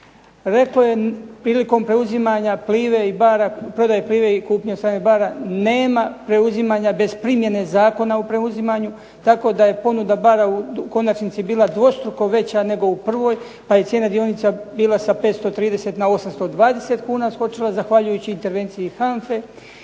Rekla je prilikom preuzimanja Plive i BARR-a, prodaje Plive i kupnje od strane BARR-a, nema preuzimanja bez primjene Zakona o preuzimanju. Tako da je ponuda BARR-a u konačnici bila dvostruko veća nego u prvoj pa je cijena dionica bila sa 530 na 820 kuna skočila zahvaljujući intervenciji HANFA-e.